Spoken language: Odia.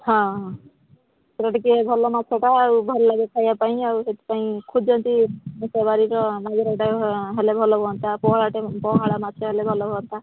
ହଁ ଏଇଟା ଟିକିଏ ଭଲ ମାଛଟା ଆଉ ଭଲ ଲାଗେ ଖାଇବା ପାଇଁ ଆଉ ସେଥିପାଇଁ ଖୋଜନ୍ତି ହେଲେ ଭଲ ହୁଅନ୍ତା ପୋହଳାଟେ ପୋହଳା ମାଛ ହେଲେ ଭଲ ହୁଅନ୍ତା